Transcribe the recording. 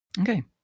Okay